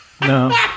No